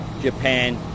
Japan